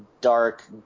Dark